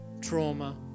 trauma